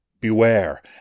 Beware